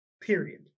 Period